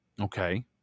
Okay